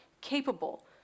capable